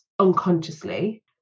unconsciously